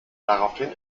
daraufhin